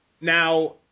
Now